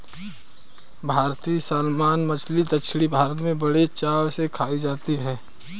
भारतीय सालमन मछली दक्षिण भारत में बड़े चाव से खाई जाती है